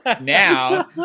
now